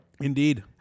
Indeed